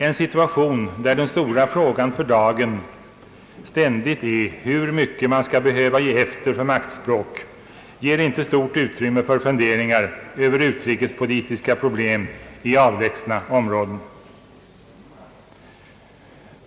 En situation där den stora frågan för dagen ständigt är hur mycket man skall behöva ge efter för maktspråk ger inte stort utrymme för funderingar över utrikespolitiska problem i avlägsna områden.